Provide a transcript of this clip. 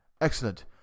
Excellent